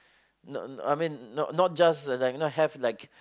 no no I mean not not just not have like